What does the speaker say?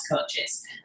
coaches